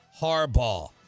Harbaugh